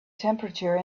temperature